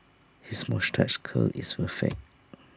his moustache curl is perfect